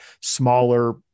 smaller